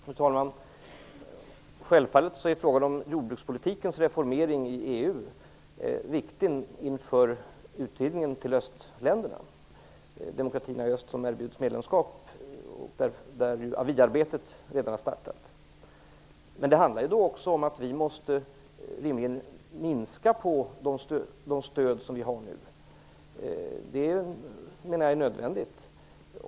Fru talman! Självfallet är frågan om jordbrukspolitikens reformering i EU viktig inför utvidgningen till östländerna, demokratierna i öst som erbjuds medlemskap, och där aviarbetet redan har startat. Men det handlar också om att vi då rimligen måste minska på de stöd vi nu har. Jag menar att det är nödvändigt.